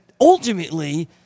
ultimately